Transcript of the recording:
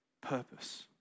purpose